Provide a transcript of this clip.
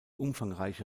umfangreiche